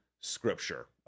Scripture